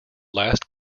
last